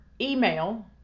email